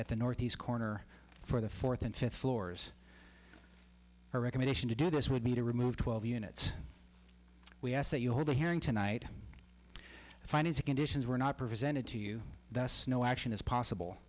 at the northeast corner for the fourth and fifth floors her recommendation to do this would be to remove twelve units we ask that you hold a hearing tonight to find his conditions were not presented to you thus no action is possible